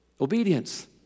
Obedience